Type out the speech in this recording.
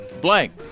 blank